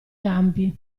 campi